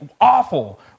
awful